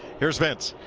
here is vince.